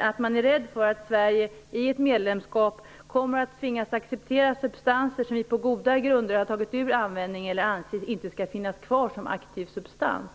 att man är rädd för att Sverige vid ett medlemskap kommer att tvingas att acceptera substanser som vi på goda grunder har tagit ur användningen eller som vi anser inte skall finnas kvar som aktiv substans.